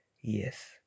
Yes